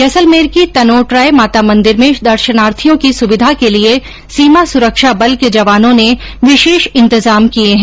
जैसलमेर की तनोट राय माता मंदिर में दर्शनार्थियों की सुविधा के लिए सीमा सुरक्षा बल के जवानों ने विशेष इंतजाम किये हैं